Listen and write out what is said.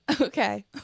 Okay